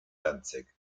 danzig